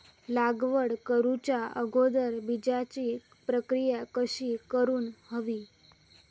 लागवड करूच्या अगोदर बिजाची प्रकिया कशी करून हवी?